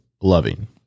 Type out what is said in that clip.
loving